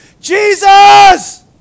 Jesus